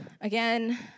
Again